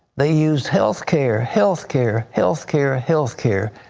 they used health care. health care. health care. health care.